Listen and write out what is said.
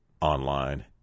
online